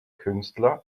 künstler